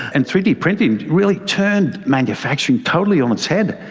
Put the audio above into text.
and three d printing really turned manufacturing totally on its head.